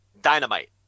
Dynamite